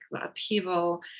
upheaval